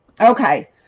Okay